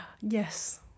Yes